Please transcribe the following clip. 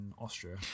Austria